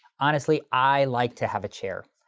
honestly, i like to have a chair.